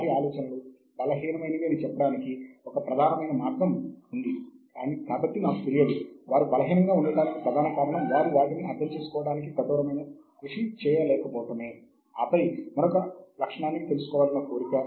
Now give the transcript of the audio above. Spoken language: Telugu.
మరియు ప్రస్తుత డిజిటల్ ప్రపంచంలో మన యొక్క ప్రతి పత్రాన్ని నేరుగా పొందటానికై వాటికి ఒక గుర్తింపును కలిగి ఉండాలనుకుంటున్నాము